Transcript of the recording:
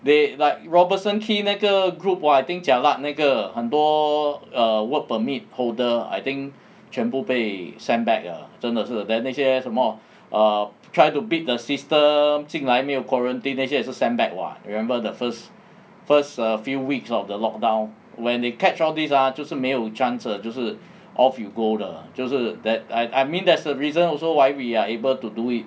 they like robertson quay 那个 group whah I think jialat 那个很多 err work permit holder I think 全部被 send back 了真的是 then 那些什么 err try to beat the system 进来没有 quarantine 那些也是 send back [what] remember the first first few weeks of the lockdown when they catch all these ah 就是没有 chance 了就是 off you go 的就是 that I mean there's a reason also why we are able to do it